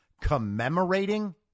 Commemorating